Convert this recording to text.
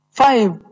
five